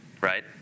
right